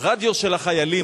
הרדיו של החיילים,